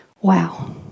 Wow